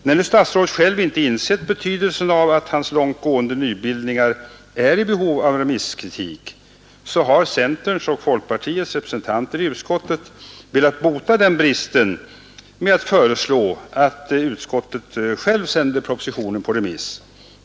När nu statsrådet själv inte insett betydelsen av att hans långt gående nybildningar är i behov av remisskritik har centerns och folkpartiets representanter i utskottet velat bota den bristen genom att föreslå att utskottet självt sänder propositionen på remiss.